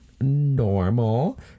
normal